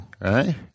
Right